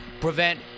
prevent